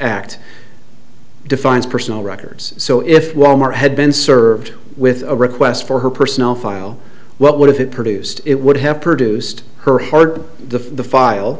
act defines personal records so if wal mart had been served with a request for her personnel file what would it produced it would have produced her hard the file